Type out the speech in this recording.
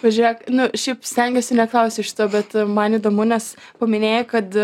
va žiūrėk nu šiaip stengiuosi neklausti šito bet man įdomu nes paminėjai kad